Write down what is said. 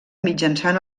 mitjançant